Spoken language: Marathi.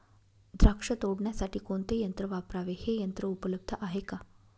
द्राक्ष तोडण्यासाठी कोणते यंत्र वापरावे? हे यंत्र उपलब्ध आहे का?